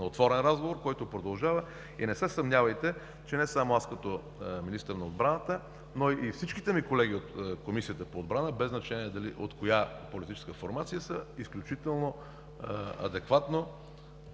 на отворен разговор, който продължава и не се съмнявайте, че не само аз като министър на отбраната, но и всичките ми колеги от Комисията по отбрана, без значение от коя политическа формация са, изключително адекватно